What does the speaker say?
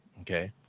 Okay